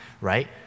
right